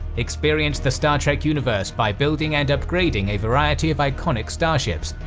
experience the star trek universe by building and upgrading a variety of iconic starships,